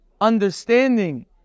understanding